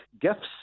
gifts